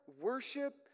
worship